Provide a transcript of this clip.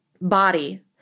body